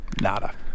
nada